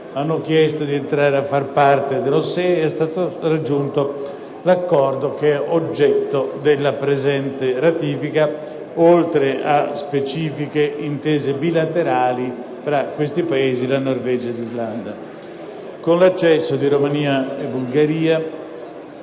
hanno chiesto di entrare a far parte dell'Accordo SEE ed è stato raggiunto l'Accordo che è oggetto della presente ratifica (oltre a specifiche intese bilaterali con Norvegia e Islanda). Con l'accesso di Romania e Bulgaria,